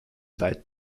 weit